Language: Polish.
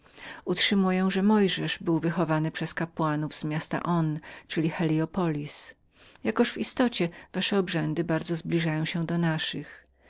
utrzymują że mojżesz był wychowanym przez kapłanów z miasta onu czyli heliopolis jakoż w istocie wasze obrzędy bardzo zbliżają się do naszych